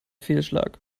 fehlschlag